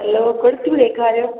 हलो कुर्तियूं ॾेखारियो